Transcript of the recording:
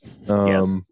Yes